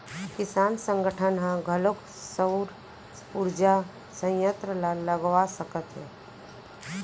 किसान संगठन ह घलोक सउर उरजा संयत्र ल लगवा सकत हे